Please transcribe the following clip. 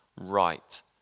right